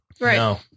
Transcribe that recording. Right